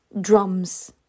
drums